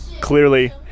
clearly